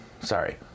sorry